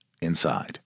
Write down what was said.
inside